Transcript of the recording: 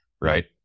Right